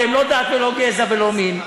הרי הם לא דת ולא גזע ולא מין?